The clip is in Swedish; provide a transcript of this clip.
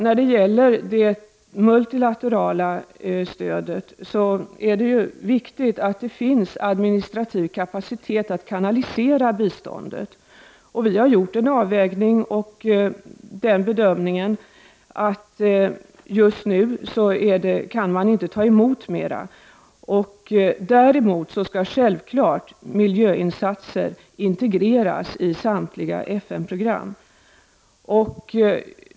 När det gäller det multilaterala stödet är det viktigt att det finns administrativ kapacitet att kanalisera biståndet. Vi har efter en avvägning gjort den bedömningen att man just nu inte kan ta emot mera. Däremot skall miljöinsatser självfallet integreras i samtliga FN-program.